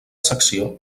secció